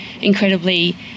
incredibly